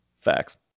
Facts